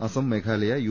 Assam Meghalaya U